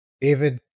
David